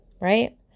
Right